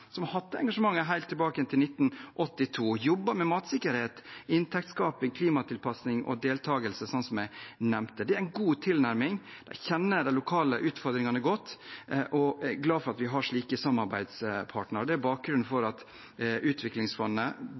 som har hatt dette engasjementet helt siden 1982. De har jobbet med matsikkerhet, inntektsskaping, klimatilpasning og deltagelse, som jeg nevnte. Det er en god tilnærming. De kjenner de lokale utfordringene godt, og jeg er glad for at vi har slike samarbeidspartnere. Det er bakgrunnen for at